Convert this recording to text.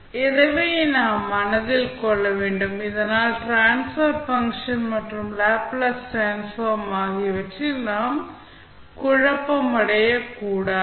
எனவே இதை நாம் மனதில் கொள்ள வேண்டும் இதனால் ட்ரான்ஸபெர் பங்ஷன் மற்றும் லேப்ளேஸ் டிரான்ஸ்ஃபார்ம் ஆகியவற்றில் நாம் குழப்பமடைய கூடாது